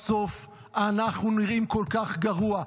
בסוף אנחנו נראים כל כך גרוע.